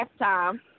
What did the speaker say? halftime